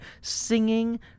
singing